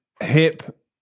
hip